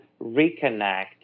reconnect